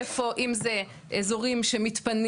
איפה אם זה אזורים שמתאפיינים